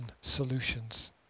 solutions